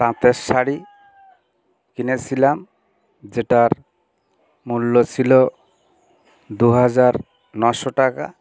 তাঁতের শাড়ি কিনেছিলাম যেটার মূল্য ছিল দুহাজার নশো টাকা